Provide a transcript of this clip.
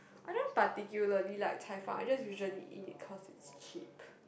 I don't particularly like 菜饭:Cai Fan I just usually eat cause it's cheap